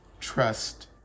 trust